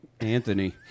Anthony